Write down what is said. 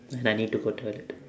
and I need to go toilet